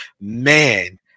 man